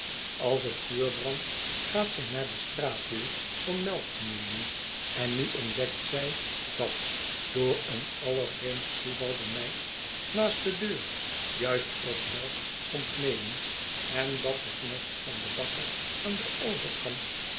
als het vuur brandt gaat zij naar de straatdeur om melk te neraen en nu ontdekt zij dat door een allervreemdst toeval de meid naast de deur juist ook melk komt neraen en dat de knecht van den bakker aan den overkant